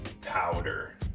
powder